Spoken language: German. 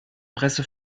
presse